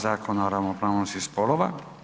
Zakona o ravnopravnosti spolova.